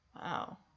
Wow